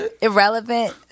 irrelevant